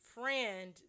friend